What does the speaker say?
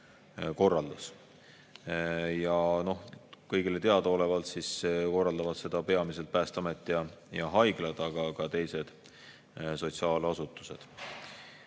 korraldab. Kõigile teadaolevalt korraldavad seda peamiselt Päästeamet ja haiglad, aga ka teised sotsiaalasutused.